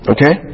Okay